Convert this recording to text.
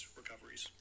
recoveries